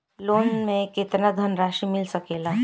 Loan मे केतना धनराशी मिल सकेला?